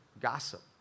Gossip